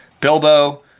Bilbo